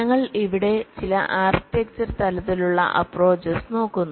ഞങ്ങൾ ഇവിടെ ചില ആർക്കിടെക്ചർ തലത്തിലുള്ള അപ്പ്രോച്ച്സ് നോക്കുന്നു